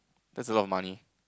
that's a lot of money